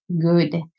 good